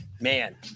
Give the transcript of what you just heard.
man